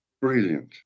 Brilliant